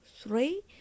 three